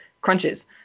crunches